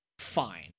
fine